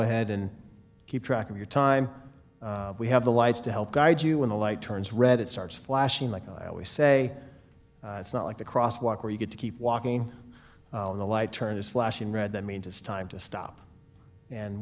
ahead and keep track of your time we have the lights to help guide you in the light turns red it starts flashing like i always say it's not like the cross walk where you get to keep walking in the light turn is flashing red that means it's time to stop and